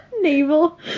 Navel